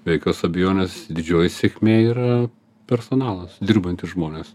be jokios abejonės didžioji sėkmė yra personalas dirbantys žmonės